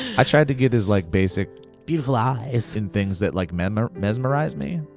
i tried to get as like basic beautiful ah eyes. in things that like mesmerize mesmerize me,